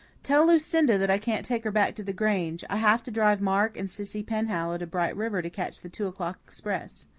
tell lucinda that i can't take her back to the grange. i have to drive mark and cissy penhallow to bright river to catch the two o'clock express.